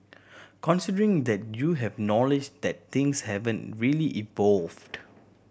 considering that you have knowledge that things haven't really evolved